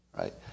right